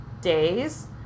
days